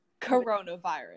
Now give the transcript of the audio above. coronavirus